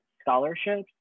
scholarships